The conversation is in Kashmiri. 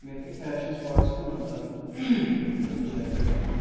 مےٚ پے فیشَن سٕپاٹَس کُن نظر مےٚ اوس جاکٮ۪ٹ اَنُن